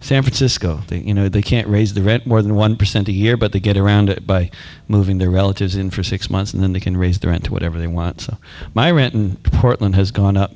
san francisco you know they can't raise the rent more than one percent a year but they get around it by moving their relatives in for six months and then they can raise the rent to whatever they want my rent in portland has gone up